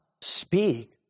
speak